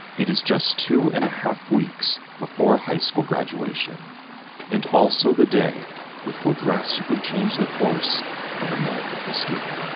it is just two and half weeks before high school graduation and also the day which will drastically change the course of american history.